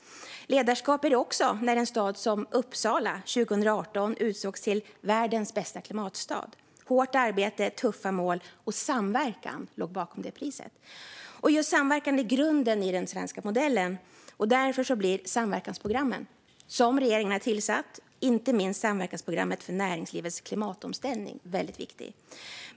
Det är också ledarskap när en stad som Uppsala 2018 utsågs till världens bästa klimatstad. Hårt arbete, tuffa mål och samverkan låg bakom det priset. Just samverkan är grunden i den svenska modellen. Därför blir samverkansprogrammen som regeringen har tillsatt, inte minst samverkansprogrammet för näringslivets klimatomställning, väldigt viktiga.